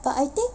but I think